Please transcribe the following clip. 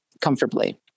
comfortably